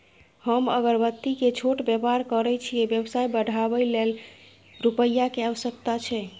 हम अगरबत्ती के छोट व्यापार करै छियै व्यवसाय बढाबै लै रुपिया के आवश्यकता छै?